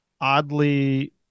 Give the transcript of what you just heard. oddly